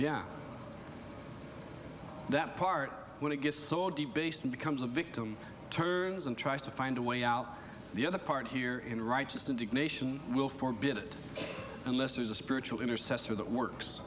yeah that part when it gets so debasing becomes a victim turns and tries to find a way out the other part here in righteous indignation will forbit unless there's a spiritual intercessor that works